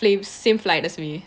fl~ same same flight as me